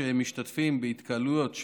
משתתפים בהתקהלויות,